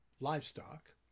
livestock